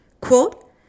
quote